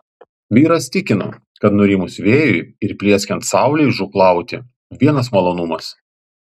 vyras tikino kad nurimus vėjui ir plieskiant saulei žūklauti vienas malonumas